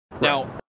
Now